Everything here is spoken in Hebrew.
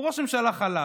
הוא ראש ממשלה חלש,